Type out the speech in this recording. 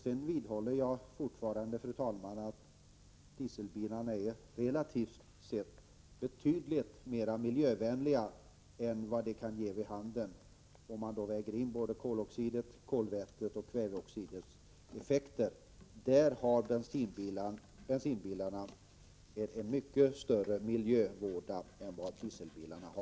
Jag vidhåller fortfarande, fru talman, att dieselbilarna relativt sett är betydligt miljövänligare än vad det kan ge vid handen om man väger in koloxidens, kolvätets och kväveoxidens effekter. Där innebär bensinbilarna en mycket större miljövåda än dieselbilarna.